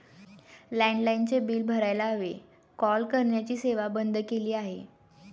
लँडलाइनचे बिल भरायला हवे, कॉल करण्याची सेवा बंद केली आहे